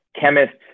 chemists